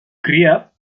criat